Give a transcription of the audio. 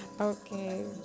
Okay